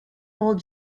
gold